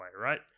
right